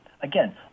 Again